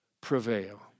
prevail